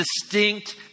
distinct